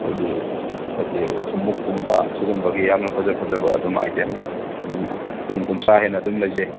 ꯑꯩꯈꯣꯏꯒꯤ ꯍꯥꯏꯗꯤ ꯊꯨꯃꯣꯛ ꯀꯨꯝꯕ ꯁꯤꯒꯨꯝꯕꯒꯤ ꯌꯥꯝꯅ ꯐꯖ ꯐꯖꯕ ꯑꯗꯨꯝ ꯑꯥꯏꯇꯦꯝ ꯑꯗꯨꯝ ꯀꯨꯟ ꯀꯨꯟꯊ꯭ꯔꯥ ꯍꯦꯟꯅ ꯑꯗꯨꯃ ꯂꯩꯖꯩ